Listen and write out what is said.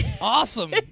Awesome